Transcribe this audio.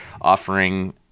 offering